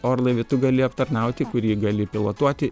orlaivį tu gali aptarnauti kurį gali pilotuoti